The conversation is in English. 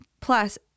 plus